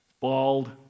Bald